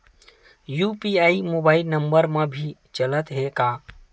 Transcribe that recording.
UPI mobile number मा भी चलते हे का?